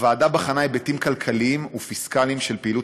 הוועדה בחנה היבטים כלכליים ופיסקליים של פעילות